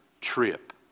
trip